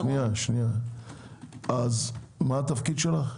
מה התפקיד שלך?